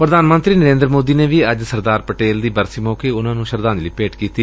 ਪ੍ਧਾਨ ਮੰਤਰੀ ਨਰੇਂਦਰ ਮੋਦੀ ਨੇ ਵੀ ਅੱਜ ਸਰਦਾਰ ਪਟੇਲ ਦੀ ਬਰਸੀ ਮੌਕੇ ਉਨ੍ਹਾਂ ਨੂੰ ਸ਼ਰਧਾਂਜਲੀ ਭੇਟ ਕੀਤੀ